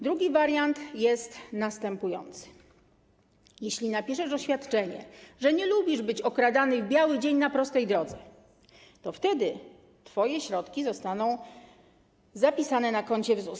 Drugi wariant jest następujący: jeśli napiszesz oświadczenie, że nie lubisz być okradany w biały dzień na prostej drodze, to wtedy twoje środki zostaną zapisane na koncie ZUS.